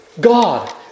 God